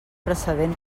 precedent